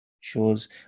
Shows